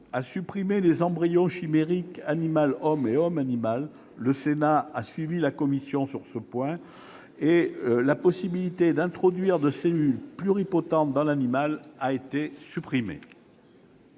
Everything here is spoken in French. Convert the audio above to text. a supprimé les embryons chimériques animal-homme et homme-animal, et le Sénat l'a suivie sur ce point. La possibilité d'introduire des cellules pluripotentes dans l'animal a été rejetée.